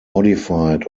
modified